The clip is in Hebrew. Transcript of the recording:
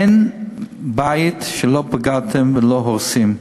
אין בית שלא פגעתם בו ושאתם לא הורסים אותו.